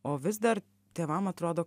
o vis dar tėvam atrodo